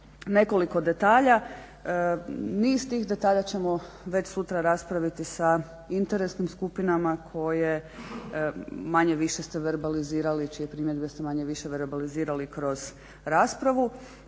nekoliko detalja, niz tih detalja ćemo već sutra raspraviti sa interesnim skupinama koje manje-više ste verbalizirali, čije primjedbe su manje-više verbalizirali kroz raspravu.